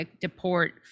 deport